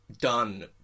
done